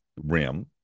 rim